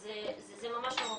אז זה ממש לא מעודכן.